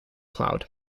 cloud